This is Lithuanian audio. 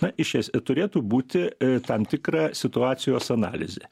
na iš es turėtų būti tam tikra situacijos analizė